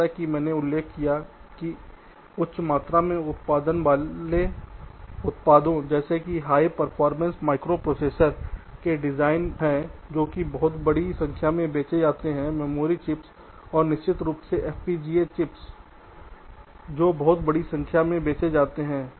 जैसा कि मैंने उल्लेख किया है कि उच्च मात्रा मैं उत्पादन वाले वाले उत्पादों जैसे हाई परफॉर्मेंस माइक्रोप्रोसेसरों के डिज़ाइन हैं जो कि जो बहुत बड़ी संख्या में बेचे जाते हैं मेमोरी चिप्स और निश्चित रूप से FPGA चिप्स जो बहुत बड़ी संख्या में बेचे जाते हैं